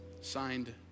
Signed